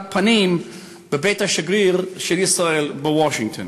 פנים בבית השגריר של ישראל בוושינגטון,